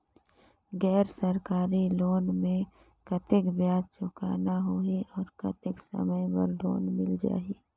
गैर सरकारी लोन मे कतेक ब्याज चुकाना होही और कतेक समय बर लोन मिल जाहि?